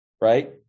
right